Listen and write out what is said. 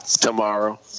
tomorrow